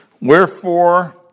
Wherefore